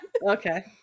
Okay